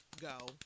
Go